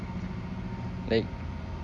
like